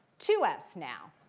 two s now